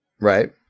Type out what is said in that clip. Right